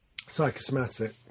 psychosomatic